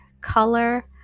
color